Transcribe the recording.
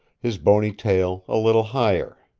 his bony tail a little higher.